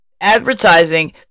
advertising